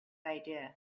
idea